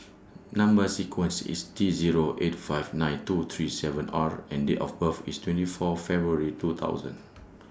Number sequence IS T Zero eight five nine two three seven R and Date of birth IS twenty four February two thousand